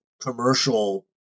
commercial